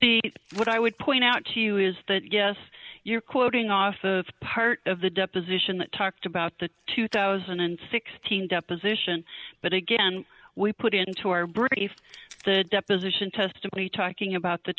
what i would point out to you is that yes you're quoting us the part of the deposition that talked about the two thousand and sixteen deposition but again we put into our brief the deposition testimony talking about the